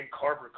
Carver